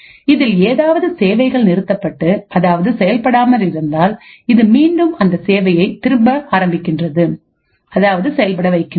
இதில் ஏதாவது சேவைகள் நிறுத்தப்பட்டு அதாவது செயல்படாமல் இருந்தால் இது மீண்டும் அந்த சேவையை திரும்ப ஆரம்பிக்கின்றது அதாவது செயல்பட வைக்கின்றது